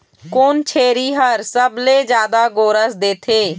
कोन छेरी हर सबले जादा गोरस देथे?